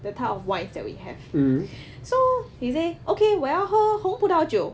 the type of wines that we have so he say okay well 我要喝红葡萄酒